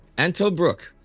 and tobruk?